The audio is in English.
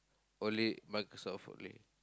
only Microsoft only